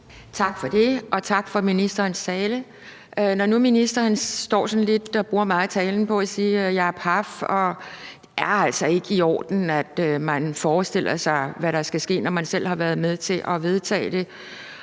Tak for det, og tak for ministerens tale. Når nu ministeren står sådan lidt og bruger meget af talen på at sige, at han er paf – og det er altså ikke i orden, at man forestiller sig, hvad der skal ske, når man selv har været med til at vedtage det